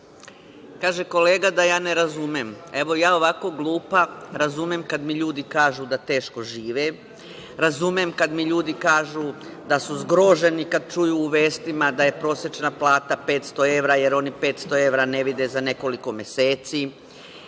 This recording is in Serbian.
Kaže kolega da ja ne razumem. Ja ovako glupa razumem kad mi ljudi kažu da teško žive, razumem kad mi ljudi kažu da su zgroženi kada čuju u vestima da je prosečna plata 500 evra jer oni 500 evra ne vide za nekoliko meseci. Opet